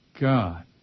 God